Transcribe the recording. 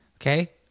okay